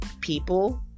people